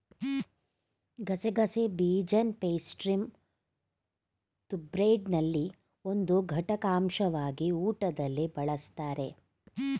ಗಸಗಸೆ ಬೀಜನಪೇಸ್ಟ್ರಿಮತ್ತುಬ್ರೆಡ್ನಲ್ಲಿ ಒಂದು ಘಟಕಾಂಶವಾಗಿ ಊಟದಲ್ಲಿ ಬಳಸ್ತಾರೆ